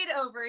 over